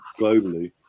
globally